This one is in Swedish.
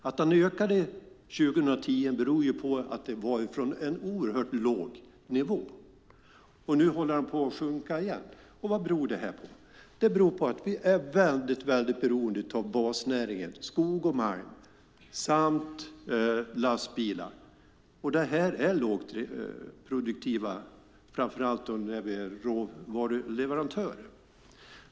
Att den ökade 2010 berodde på att det skedde från en oerhört låg nivå. Nu håller den på att sjunka igen. Vad beror det på? Det beror på att vi är väldigt beroende av basnäringen skog och mark samt lastbilar. De är lågproduktiva, framför allt när det gäller råvaruleverantörer.